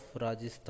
Rajasthan